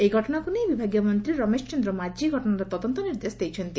ଏହି ଘଟଣାକୁ ନେଇ ବିଭାଗୀୟ ମନ୍ତୀ ରମେଶ ଚନ୍ଦ୍ର ମାଝୀ ଘଟଶାର ତଦନ୍ତ ନିର୍ଦ୍ଦେଶ ଦେଇଛନ୍ତି